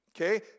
okay